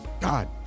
God